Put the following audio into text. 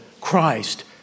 Christ